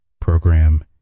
program